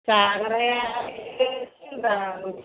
जाग्राया बिदिनो सिंग्रा दङ